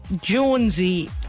jonesy